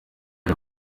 ari